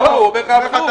לא, לא, הוא אומר לך הפוך.